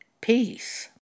peace